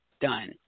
done